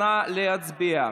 נא להצביע.